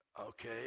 Okay